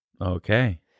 Okay